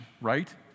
Right